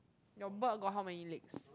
your bug got how many legs